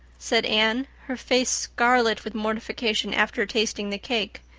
said anne, her face scarlet with mortification after tasting the cake.